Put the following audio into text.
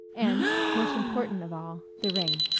and, most important of all, the ring.